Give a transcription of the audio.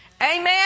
Amen